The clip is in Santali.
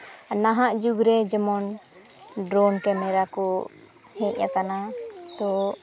ᱱᱟᱦᱟᱜ ᱡᱩᱜᱽ ᱨᱮ ᱡᱮᱢᱚᱱ ᱰᱨᱳᱱ ᱠᱮᱢᱮᱨᱟ ᱠᱚ ᱦᱮᱡ ᱟᱠᱟᱱᱟ ᱛᱳ